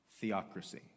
theocracy